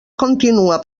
continua